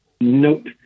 Nope